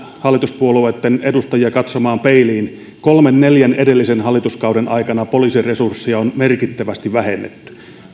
hallituspuolueitten edustajia katsomaan peiliin kolmen neljän edellisen hallituskauden aikana poliisin resursseja on merkittävästi vähennetty